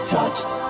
touched